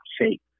shape